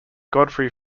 godfrey